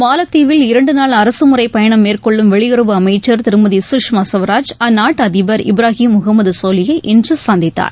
மாலத்தீவில் இரண்டு நாள் அரசு முறை பயணம்மேற்கொள்ளும் வெளியுறவு அமைச்சர் திருமதி சுஷ்மா சுவராஜ் அந்நாட்டு அதிபர் இப்ராஹிம் முகமது சோலியை இன்று சந்தித்தார்